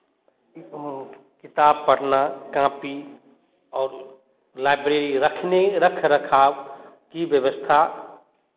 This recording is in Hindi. किताब पढ़ना काँपी और लाइब्रेरी रखने रख रखाव की व्यवस्था